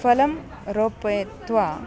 फलं रोपयित्वा